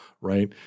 right